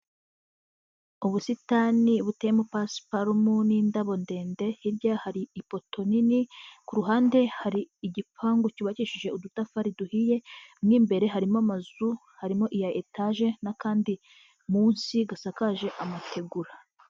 Ubusitani buteyemo pasiparumu n'indabo ndende, hirya hari ipoto nini, ku ruhande hari igipangu cyubakishije udutafari duhiye, mu imbere harimo amazu, harimo iya etaje n'akandi munsi gasakaje amategura.